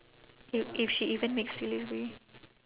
to if she even makes delivery